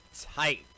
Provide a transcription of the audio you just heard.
tight